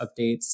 updates